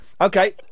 Okay